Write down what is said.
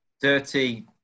dirty